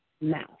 mouth